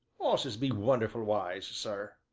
osses be wonderful wise, sir!